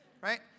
right